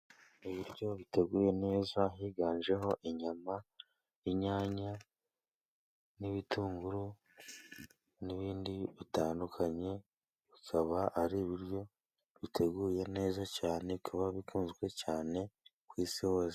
Mu buryo buteguye neza higanjemo inyama, inyanya n'ibitunguru n'ibindi bitandukanye akaba ari ibiryo buteguye neza cane bikaba bikunzwe cane ku isi hose.